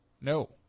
no